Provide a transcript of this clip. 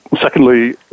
secondly